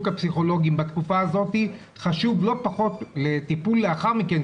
הפסיכולוגים בתקופה הזאת חשוב לא פחות לטיפול לאחר מכן,